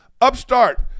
upstart